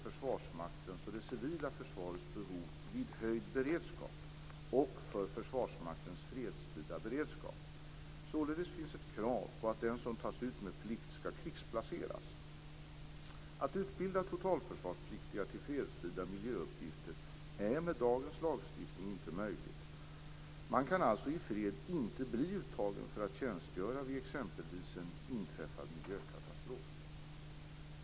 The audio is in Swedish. Försvarsmaktens fredstida beredskap. Således finns ett krav på att den som tas ut med plikt skall krigsplaceras. Att utbilda totalförsvarspliktiga till fredstida miljöuppgifter är med dagens lagstiftning inte möjligt. Man kan alltså i fred inte bli uttagen för att tjänstgöra vid exempelvis en inträffad miljökatastrof.